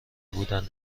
بودن